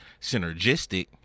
synergistic